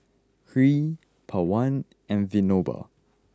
Hri Pawan and Vinoba